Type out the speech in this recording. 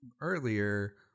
earlier